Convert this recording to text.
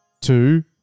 two